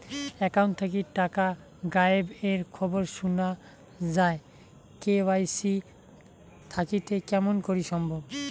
Account থাকি টাকা গায়েব এর খবর সুনা যায় কে.ওয়াই.সি থাকিতে কেমন করি সম্ভব?